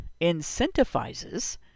incentivizes